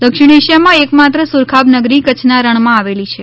દક્ષિણ એશિયામાં એકમાત્ર સુરખાબનગરી કચ્છના રણમાં આવેલી છે